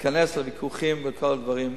להיכנס לוויכוחים וכל הדברים.